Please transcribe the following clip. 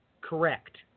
correct